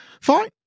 fine